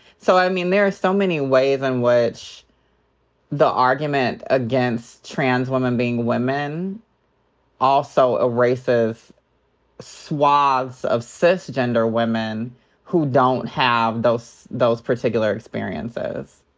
so, i mean, there are so many ways in and which the argument against trans women being women also erases swaths of cisgender women who don't have those those particular experiences.